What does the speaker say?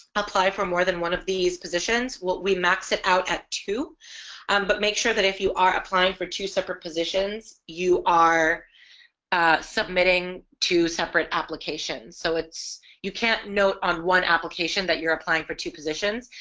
apply for more than one of these positions will we max it out at two and but make sure that if you are applying for two separate positions you are submitting two separate applications so it's you can't note on one application that you're applying for two positions.